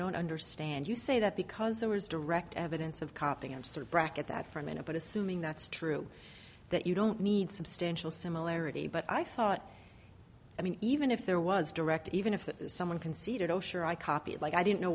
don't understand you say that because there is direct evidence of copying answer bracket that for a minute but assuming that's true that you don't need substantial similarity but i thought i mean even if there was direct even if someone conceded oh sure i copied like i didn't know